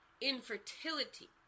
infertility